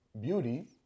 Beauty